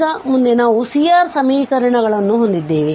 ಈಗ ಮುಂದೆ ನಾವು C R ಸಮೀಕರಣಗಳನ್ನು ಹೊಂದಿದ್ದೇವೆ